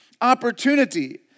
opportunity